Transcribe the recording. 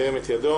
ירים את ידו.